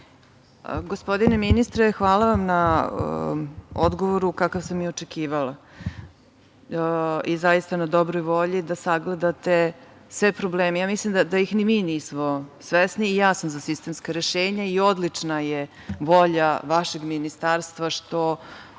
Gospodine ministre, hvala vam na odgovoru, kakav sam i očekivala, i na dobroj volji da sagledate sve probleme. Mislim da ih ni mi nismo svesni. I ja sam za sistemska rešenja i odlična je volja vašeg ministarstva što